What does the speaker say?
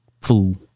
fool